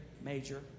major